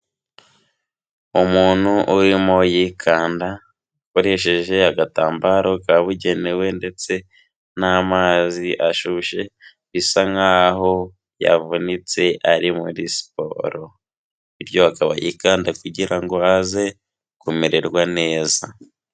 Umuntu urimo yikanda akoresheje agatambaro kabugenewe ndetse n'amazi ashyushye, bisa nk'aho yavunitse ari muri siporo, bityo akaba yikanda kugira ngo aze kumererwa neza.